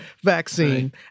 vaccine